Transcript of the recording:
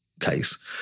case